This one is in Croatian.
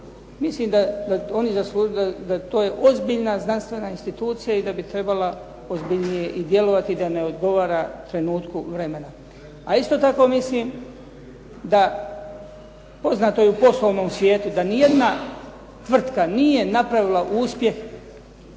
mislim da oni zaslužuju, da to je ozbiljna znanstvena institucija i da bi trebala ozbiljnije i djelovati da ne odgovara trenutku vremena. A isto tako mislim da poznato je u poslovnom svijetu da niti jedna tvrtka nije napravila uspjeh